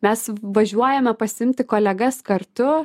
mes važiuojame pasiimti kolegas kartu